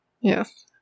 yes